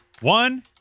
one